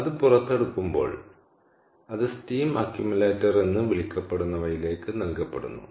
അത് പുറത്തെടുക്കുമ്പോൾ അത് സ്റ്റീം അക്യുമുലേറ്റർ എന്ന് വിളിക്കപ്പെടുന്നവയിലേക്ക് നൽകപ്പെടുന്നു